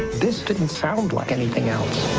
this didn't sound like anything else.